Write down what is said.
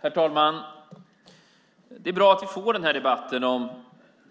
Herr talman! Det är bra att vi får den här debatten om